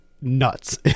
nuts